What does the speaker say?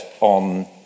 on